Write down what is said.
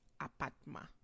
apartment